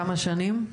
כמה שנים שוב?